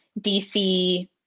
DC